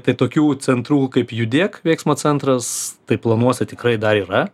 tai tokių centrų kaip judėk veiksmo centras tai planuose tikrai dar yra